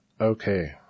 Okay